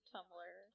Tumblr